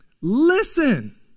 Listen